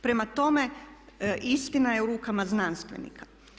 Prema tome, istina je u rukama znanstvenika.